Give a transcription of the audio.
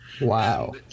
Wow